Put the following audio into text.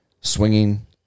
swinging